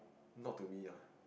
not to me ah